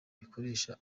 bikoresha